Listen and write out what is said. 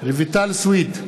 רויטל סויד,